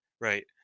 right